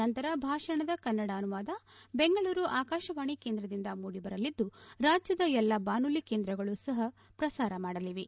ನಂತರ ಭಾಷಣದ ಕನ್ನಡ ಅನುವಾದ ಬೆಂಗಳೂರು ಆಕಾಶವಾಣಿ ಕೇಂದ್ರದಿಂದ ಮೂಡಿಬರಲಿದ್ದು ರಾಜ್ಯದ ಎಲ್ಲ ಬಾನುಲಿ ಕೇಂದ್ರಗಳು ಸಹ ಪ್ರಸಾರ ಮಾಡಲಿವೆ